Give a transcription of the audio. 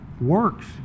works